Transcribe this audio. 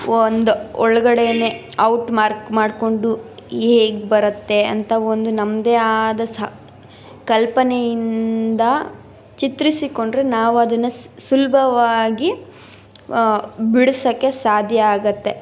ಒಂದು ಒಳಗಡೆನೇ ಔಟ್ಮಾರ್ಕ್ ಮಾಡಿಕೊಂಡು ಹೇಗೆ ಬರುತ್ತೆ ಅಂತ ಒಂದು ನಮ್ಮದೇ ಆದ ಸ ಕಲ್ಪನೆಯಿಂದ ಚಿತ್ರಿಸಿಕೊಂಡರೆ ನಾವು ಅದನ್ನು ಸುಲಭವಾಗಿ ಬಿಡಿಸೋಕ್ಕೆ ಸಾಧ್ಯ ಆಗುತ್ತೆ